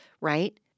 Right